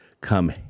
come